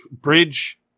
bridge